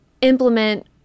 implement